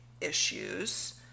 issues